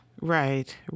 Right